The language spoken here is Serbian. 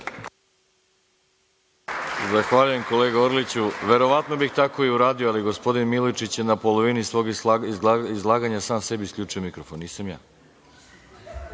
Zahvaljujem, kolega Orliću. Verovatno bih tako i uradio, ali gospodin Milojičić je na polovini svog izlaganja sam sebi isključio mikrofon, nisam ja. Reč